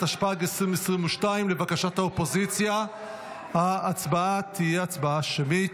התשפ"ג 2022. לבקשת האופוזיציה ההצבעה תהיה הצבעה שמית.